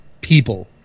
people